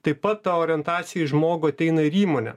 taip pat ta orientacija į žmogų ateina ir į įmonę